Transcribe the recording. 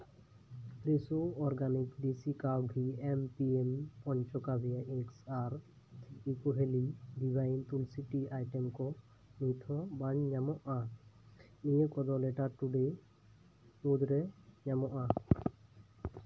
Fresho organic desi cow ghee M P M ᱚᱞ ᱦᱚᱪᱚ ᱠᱟᱫᱮᱭᱟ ᱮᱠᱥ ᱟᱨ ᱤᱠᱳ ᱵᱷᱮᱞᱤ ᱰᱤᱵᱷᱟᱭᱤᱱ ᱛᱩᱞᱥᱤ ᱴᱤ ᱟᱭᱴᱮᱢ ᱠᱚ ᱱᱤᱛᱚᱜ ᱵᱟᱹᱧ ᱧᱟᱢᱚᱜᱼᱟ ᱱᱤᱭᱟᱹ ᱠᱚᱫᱚ ᱞᱮᱴᱟᱨ ᱴᱩ ᱰᱮ ᱢᱩᱫᱽᱨᱮ ᱧᱟᱢᱚᱜᱼᱟ